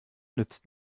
nützt